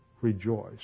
rejoice